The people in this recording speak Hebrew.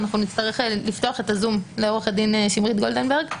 נצטרך לפתוח את הזום לעוה"ד שמרית גולדנברג.